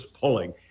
pulling